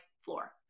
floor